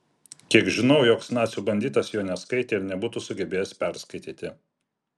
kiek žinau joks nacių banditas jo neskaitė ir nebūtų sugebėjęs perskaityti